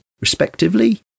respectively